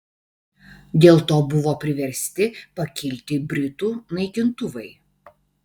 dėl to buvo priversti pakilti britų naikintuvai